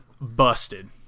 busted